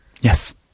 Yes